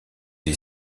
est